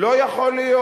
לא יכול להיות,